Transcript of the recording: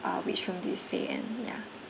uh which room did you stay in yeah